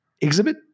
exhibit